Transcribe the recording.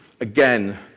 Again